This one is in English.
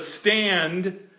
stand